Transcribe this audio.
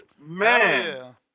man